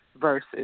versus